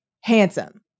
handsome